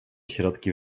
środki